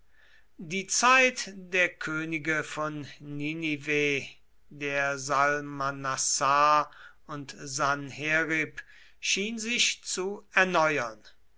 die zeit der könige von ninive der salmanassar und sanherib schien sich zu erneuern